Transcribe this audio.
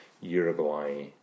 Uruguay